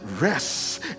Rest